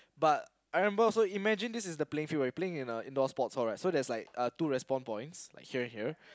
but I remember also imagine this is the playing field right we were playing in a indoor sports hall right so there's like uh two respond points like here and here